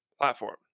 platform